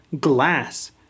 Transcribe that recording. glass